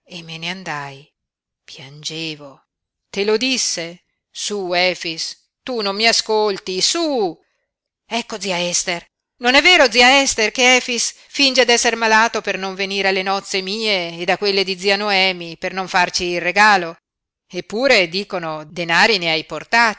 e me ne andai piangevo te lo disse su efix tu non mi ascolti su ecco zia ester non è vero zia ester che efix finge d'esser malato per non venire alle nozze mie ed a quelle di zia noemi per non farci il regalo eppure dicono denari ne hai